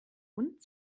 und